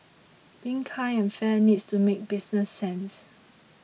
being kind and fair needs to make business sense